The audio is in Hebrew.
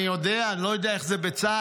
אני לא יודע איך זה בצה"ל,